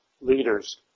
leaders